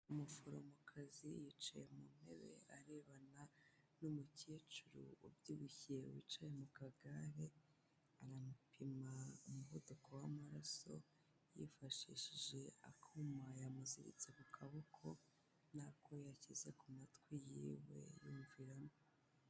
Umuforomokazi yicaye ku ntebe arebana n'umukecuru ubyibushye wicaye mu kagare, aramupima umuvuduko w'amaraso yifashishije akuma yamuziritse ku kaboko n'ako yashyize ku matwi yiwe yumviramo.